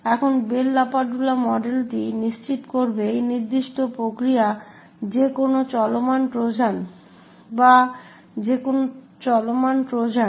এখন Bell LaPadula মডেলটি নিশ্চিত করবে এই নির্দিষ্ট প্রক্রিয়া বা যেকোনো চলমান ট্রোজান